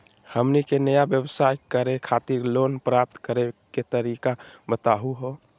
हमनी के नया व्यवसाय करै खातिर लोन प्राप्त करै के तरीका बताहु हो?